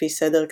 לפי סדר כתיבתם,